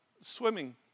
swimming